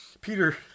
peter